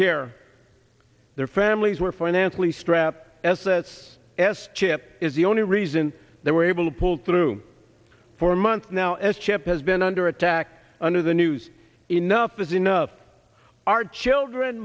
care their families were financially strapped as this s chip is the only reason they were able to pull through for a month now s chip has been under attack under the news enough is enough our children